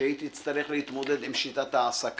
שהיא תצטרך להתמודד עם שיטת ההעסקה.